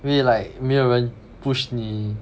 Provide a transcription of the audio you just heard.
因为 like 没有人 push 你